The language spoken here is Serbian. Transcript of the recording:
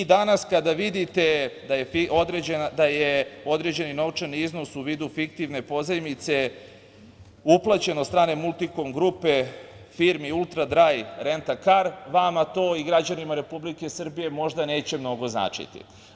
Danas kada vidite da je određeni novčani iznos u vidu fiktivne pozajmice uplaćen od strane „Multikom grupe“ firmi „Ultradraj rentakar“, vama to i građanima Republike Srbije možda neće mnogo značiti.